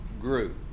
grew